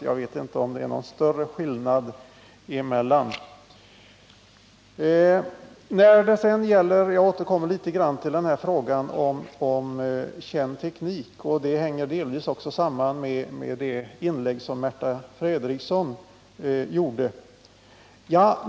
Jag vet inte om det är någon större skillnad mellan dessa uppfattningar. Jag återkommer till frågan om känd teknik, vilket delvis hänger samman med det inlägg Märta Fredrikson gjorde.